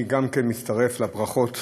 גם אני מצטרף לברכות